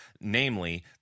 Namely